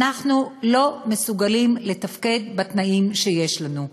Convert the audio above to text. אנחנו לא מסוגלים לתפקד בתנאים שיש לנו.